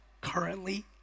currently